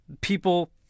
people